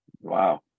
Wow